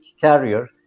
carrier